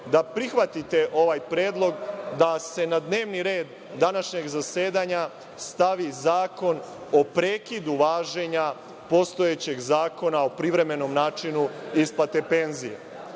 da prihvatite ovaj predlog da se na dnevni red današnjeg zasedanja stavi Zakon o prekidu važenja postojećeg Zakona o privremenom načinu isplate penzija.